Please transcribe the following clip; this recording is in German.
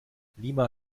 lima